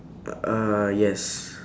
ah yes